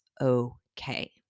okay